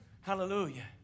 hallelujah